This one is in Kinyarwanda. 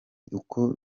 uko